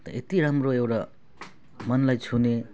त्यहाँ यति राम्रो एउटा मनलाई छुने